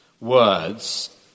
words